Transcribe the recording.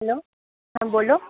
hello હા બોલો